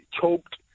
choked